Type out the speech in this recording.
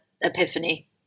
epiphany